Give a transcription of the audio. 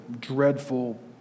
dreadful